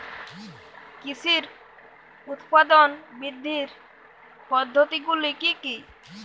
কৃষির উৎপাদন বৃদ্ধির পদ্ধতিগুলি কী কী?